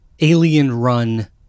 alien-run